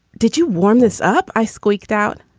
did you warm this up? i squeaked out.